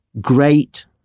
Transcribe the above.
great